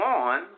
on